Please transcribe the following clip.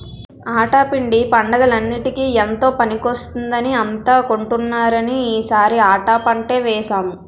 ఆటా పిండి పండగలన్నిటికీ ఎంతో పనికొస్తుందని అంతా కొంటున్నారని ఈ సారి ఆటా పంటే వేసాము